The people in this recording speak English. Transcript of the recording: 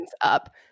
up